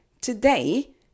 Today